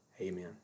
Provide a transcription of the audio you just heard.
amen